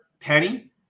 Penny